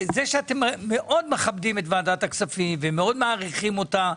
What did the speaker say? זה שאת מאוד מכבדים את ועדת הכספים ומאוד מעריכים אותה,